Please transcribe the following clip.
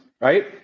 right